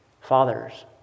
Fathers